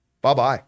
bye-bye